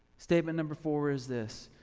statement number four is this.